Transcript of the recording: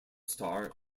star